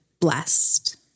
blessed